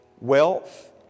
Wealth